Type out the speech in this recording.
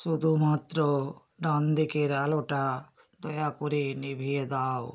শুধুমাত্র ডান দিকের আলোটা দয়া করে নিভিয়ে দাও